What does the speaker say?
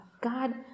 God